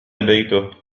بيته